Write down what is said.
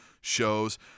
shows